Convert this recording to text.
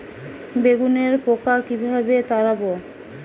বেগুনের পোকা কিভাবে তাড়াব?